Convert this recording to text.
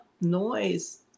noise